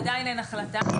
עדיין אין החלטה.